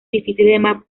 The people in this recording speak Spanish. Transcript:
difíciles